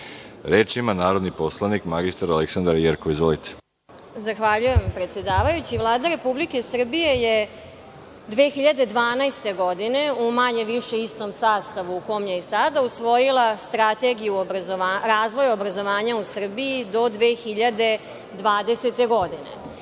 ima narodni poslanik mr Aleksandra Jerkov. Izvolite. **Aleksandra Jerkov** Zahvaljuje predsedavajući. Vlada Republike Srbije je 2012. godine u manje-više istom sastavu u kom je sada, usvojila Strategiju razvoja obrazovanja u Srbiji do 2020. godine.